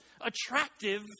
attractive